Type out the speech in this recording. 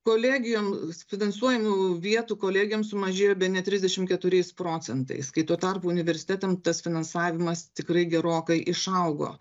kolegijom finansuojamų vietų kolegijoms sumažėjo bene trisdešimt keturiais procentais kai tuo tarpu universitetam tas finansavimas tikrai gerokai išaugo